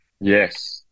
Yes